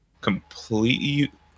completely